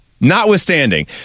notwithstanding